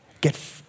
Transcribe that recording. get